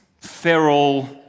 feral